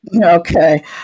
Okay